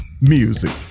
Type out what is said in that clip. music